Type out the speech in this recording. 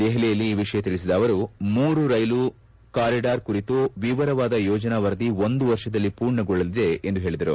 ದೆಹಲಿಯಲ್ಲಿ ಈ ವಿಷಯ ತಿಳಿಸಿದ ಅವರು ಮೂರು ರೈಲ್ವೆ ಕಾರಿಡಾರ್ ಕುರಿತು ವಿವರವಾದ ಯೋಜನಾ ವರದಿ ಒಂದು ವರ್ಷದಲ್ಲಿ ಮೂರ್ಣಗೊಳ್ಳಲಿದೆ ಎಂದು ಹೇಳಿದರು